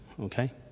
okay